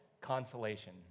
consolation